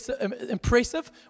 impressive